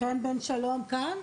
חן בן שלום כאן?